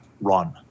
run